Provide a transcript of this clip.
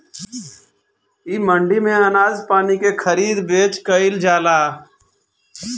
इ मंडी में अनाज पानी के खरीद बेच कईल जाला